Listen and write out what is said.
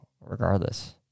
regardless